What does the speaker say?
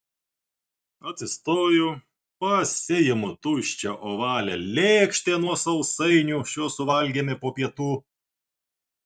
atsistoju pasiimu tuščią ovalią lėkštę nuo sausainių šiuos suvalgėme po pietų